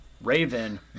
Raven